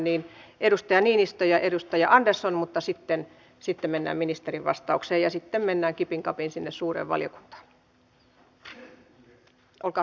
siis edustaja niinistö ja edustaja andersson mutta sitten mennään ministerin vastaukseen ja sitten mennään kipin kapin sinne suureen valiokuntaan